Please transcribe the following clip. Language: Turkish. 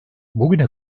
bugüne